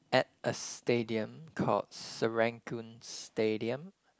at a stadium called Serangoon Stadium